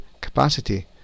capacity